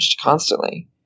constantly